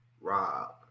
Rob